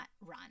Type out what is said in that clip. run